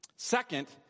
Second